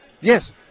Yes